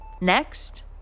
Next